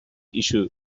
issue